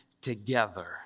together